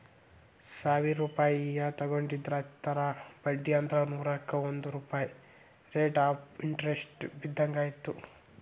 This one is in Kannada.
ಸಾವಿರ್ ರೂಪಾಯಿ ತೊಗೊಂಡಿದ್ರ ಹತ್ತರ ಬಡ್ಡಿ ಅಂದ್ರ ನೂರುಕ್ಕಾ ಒಂದ್ ರೂಪಾಯ್ ರೇಟ್ ಆಫ್ ಇಂಟರೆಸ್ಟ್ ಬಿದ್ದಂಗಾಯತು